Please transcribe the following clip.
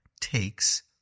takes